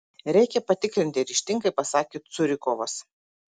reikia patikrinti ryžtingai pasakė curikovas